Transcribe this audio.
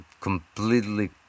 completely